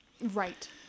Right